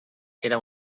era